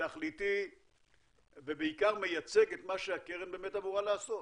תכליתי ובעיקר מייצג את מה שהקרן באמת אמורה לעסוק.